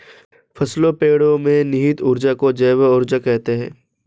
फसलों पेड़ो में निहित ऊर्जा को जैव ऊर्जा कहते हैं